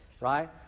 Right